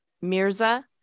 mirza